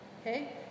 okay